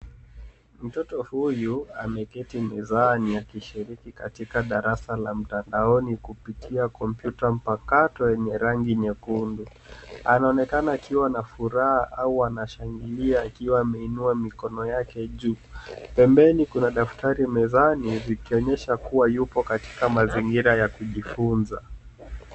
Mtoto huyu ameketi mezani akishiriki katika darasa la mtandaoni kupitia kompyuta mpakato yenye rangi nyekundu. Anaonekana akiwa na furaha au anashangilia akiwa ameinua mikono yake juu. Pembeni kuna daftari mezani likionyesha kuwa yupo katika mazingira ya kijifunza.